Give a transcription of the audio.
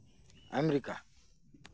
America